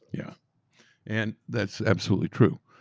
yeah and that's absolutely true.